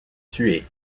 tué